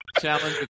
Challenge